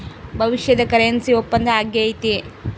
ಭವಿಷ್ಯದ ಕರೆನ್ಸಿ ಒಪ್ಪಂದ ಆಗೈತೆ